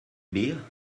bier